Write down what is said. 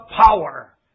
power